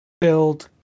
build